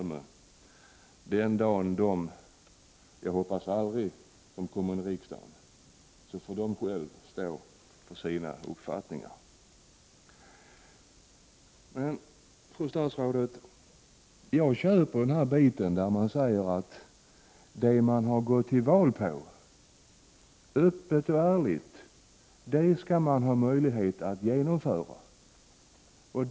Den dag - som jag hoppas aldrig kommer — då det partiet kommer in i riksdagen får det självt stå för sina uppfattningar. Men, fru statsråd, jag ”köper” uppfattningen att det som ett parti öppet och ärligt har gått till val på skall det partiet också kunna få möjlighet att genomföra.